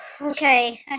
okay